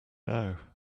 now